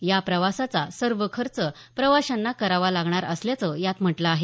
या प्रवासाचा सर्व खर्च प्रवाशांना करावा लागणार असल्याचं यात म्हटलं आहे